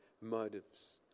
motives